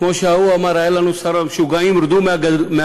כמו שההוא אמר, היה לנו שר המשוגעים: רדו מהגגות.